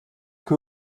que